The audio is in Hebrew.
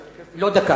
לא.